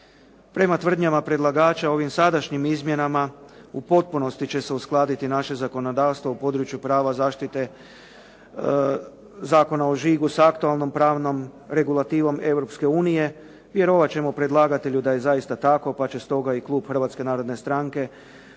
Prema tvrdnjama predlagača ovim sadašnjim izmjenama, u potpunosti će se uskladiti naše zakonodavstvo u području prava zaštite Zakona o žigu s aktualnom pravnom regulativom Europske unije. Vjerovati ćemo predlagatelju da je zaista tako pa će stoga i klub Hrvatske narodne stranke